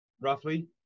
Roughly